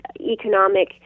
Economic